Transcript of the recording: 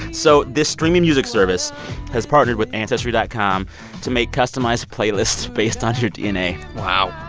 so this streaming music service has partnered with ancestry dot com to make customized playlists based on your dna wow,